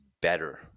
better